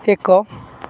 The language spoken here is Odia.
ଏକ